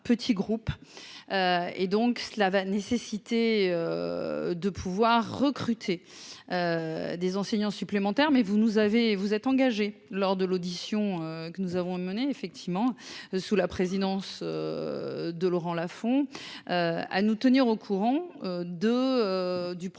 et donc cela va nécessiter de pouvoir recruter des enseignants supplémentaires mais vous nous avez vous êtes engagé lors de l'audition que nous avons mener effectivement sous la présidence de Laurent Lafon à nous tenir au courant de